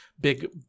big